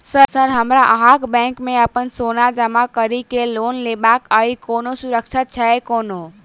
Sir हमरा अहाँक bank मे अप्पन सोना जमा करि केँ लोन लेबाक अई कोनो सुविधा छैय कोनो?